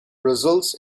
results